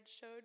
showed